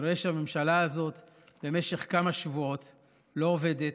אני רואה שהממשלה הזאת במשך כמה שבועות לא עובדת,